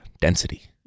density